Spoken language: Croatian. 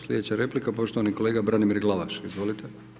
Slijedeća replika poštovani kolega Branimir Glavaš, izvolite.